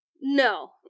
No